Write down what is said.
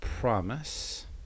promise